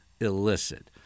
illicit